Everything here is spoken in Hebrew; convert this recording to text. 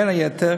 בין היתר,